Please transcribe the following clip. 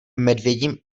medvědím